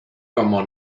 como